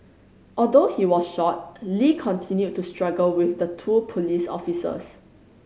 although he was shot Lee continued to struggle with the two police officers